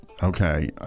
Okay